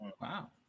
Wow